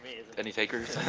any takers?